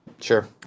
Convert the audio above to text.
Sure